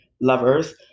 lovers